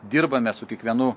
dirbame su kiekvienu